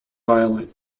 violin